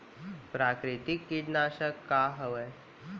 प्राकृतिक कीटनाशक का हवे?